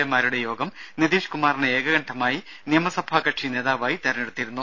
എമാരുടെ യോഗം നിതീഷ് കുമാറിനെ ഏകകണ്ഠമായി നിയമസഭാ കക്ഷി നേതാവായി തെരഞ്ഞെടുത്തിരുന്നു